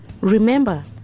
Remember